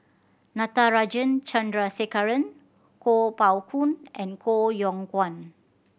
Natarajan Chandrasekaran Kuo Pao Kun and Koh Yong Guan